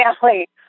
family